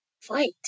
fight